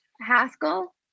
Haskell